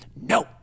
No